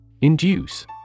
Induce